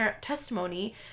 testimony